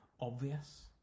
obvious